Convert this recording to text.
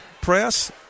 press